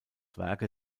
werke